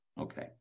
Okay